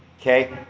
Okay